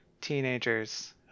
teenagers